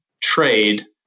trade